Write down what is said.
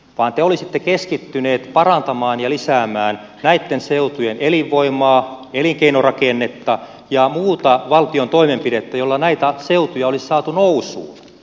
kunpa te olisitte keskittyneet parantamaan ja lisäämään näitten seutujen elinvoimaa elinkeinorakennetta ja muuta valtion toimenpidettä jolla näitä seutuja olisi saatu nousuun